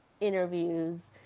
interviews